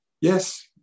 yes